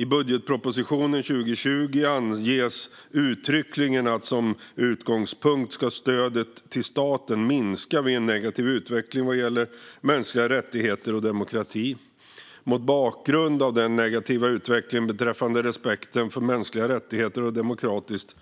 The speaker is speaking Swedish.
I budgetpropositionen 2020 anges uttryckligen att som utgångspunkt ska stödet till staten minska vid en negativ utveckling vad gäller mänskliga rättigheter och demokrati. Mot bakgrund av den negativa utvecklingen beträffande respekten för mänskliga rättigheter och demokratiskt